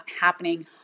happening